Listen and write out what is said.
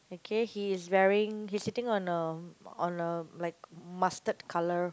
okay he is wearing he's sitting on a on a like mustard colour